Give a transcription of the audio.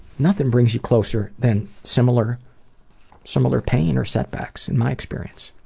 nothing brings you closer than similar similar pain or setbacks, in my experience.